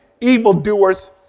evildoers